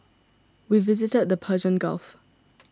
we visited the Persian Gulf